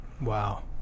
Wow